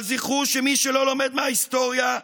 אבל זכרו שמי שלא לומד מההיסטוריה,